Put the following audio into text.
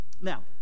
now